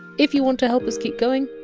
if you want to help us keep going,